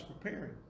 preparing